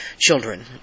children